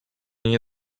nie